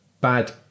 bad